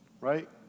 right